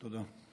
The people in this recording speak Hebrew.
תודה.